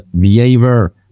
behavior